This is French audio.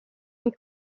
huns